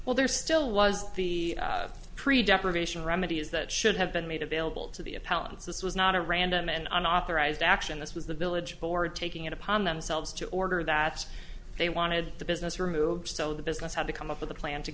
while there still was the pre deprivation remedies that should have been made available to the appellants this was not a random an unauthorized action this was the village board taking it upon themselves to order that they wanted the business removed so the business had to come up with a plan to